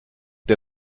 der